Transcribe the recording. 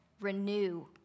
renew